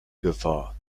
gefahr